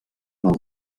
del